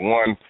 one